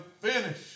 finish